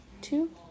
two